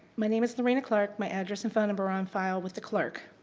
my name is lorina clark, my address and phone number on file with the clerk.